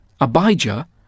Abijah